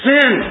Sin